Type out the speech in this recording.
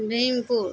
Bhimpur